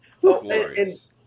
glorious